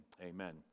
amen